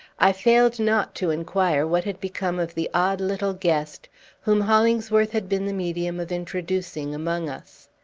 i failed not to inquire what had become of the odd little guest whom hollingsworth had been the medium of introducing among us.